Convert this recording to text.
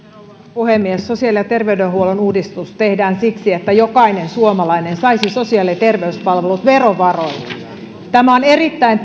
puhemies sosiaali ja terveydenhuollon uudistus tehdään siksi että jokainen suomalainen saisi sosiaali ja terveyspalvelut verovaroin tämä on erittäin